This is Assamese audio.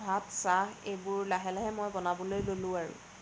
ভাত চাহ এইবোৰ লাহে লাহে মই বনাবলৈ ল'লোঁ আৰু